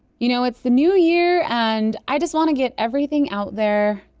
you know, it's the new year and i just wanna get everything out there.